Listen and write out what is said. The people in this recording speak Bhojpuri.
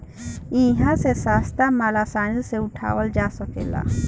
इहा से सस्ता माल आसानी से उठावल जा सकेला